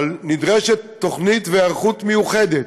אבל נדרשות תוכנית והיערכות מיוחדת,